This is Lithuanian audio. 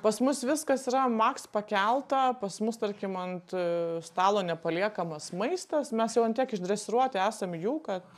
pas mus viskas yra maks pakelta pas mus tarkim ant stalo nepaliekamas maistas mes jau ant tiek išdresiruoti esam jų kad